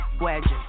wedges